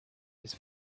his